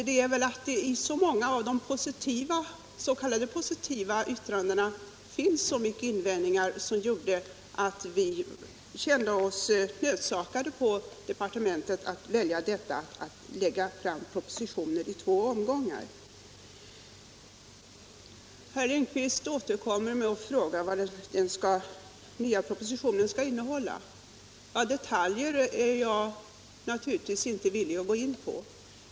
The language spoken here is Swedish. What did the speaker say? Det faktum att det i så många av de s.k. positiva yttrandena finns så mycket invändningar gjorde att vi på departementet kände oss nödsakade att lägga fram propositionen i två omgångar. Herr Lindkvist återkommer med frågan vad den nya propositionen skall innehålla. Detaljer är jag naturligtvis inte villig att gå in på.